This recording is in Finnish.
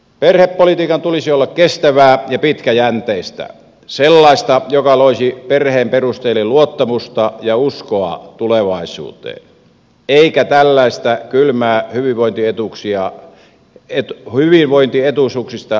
perhepolitiikan tulisi olla kestävää ja pitkäjänteistä sellaista joka loisi perheen perustajille luottamusta ja uskoa tulevaisuuteen eikä tällaista kylmää hyvinvointietuisuuksista nipistämistä